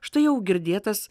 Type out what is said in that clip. štai jau girdėtas